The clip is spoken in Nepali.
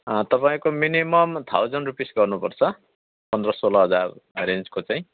तपाईँको मिनिमम थाउज्यान्ड रुपिस गर्नुपर्छ पन्ध्र सोह्र हजार रेन्जको चाहिँ